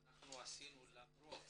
אנחנו עשינו למרות